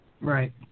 Right